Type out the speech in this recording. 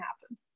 happen